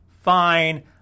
fine